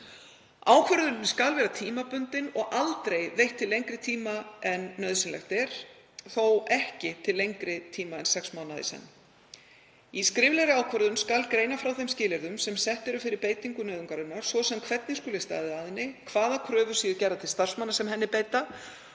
Ákvörðunin skal vera tímabundin og aldrei til lengri tíma en nauðsynlegt er, þó ekki lengri en til sex mánaða í senn. Í skriflegri ákvörðun skal greina frá þeim skilyrðum sem sett eru fyrir beitingu nauðungarinnar, svo sem hvernig skuli staðið að henni, hvaða kröfur séu gerðar til starfsmanna sem henni beita